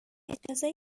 اجازه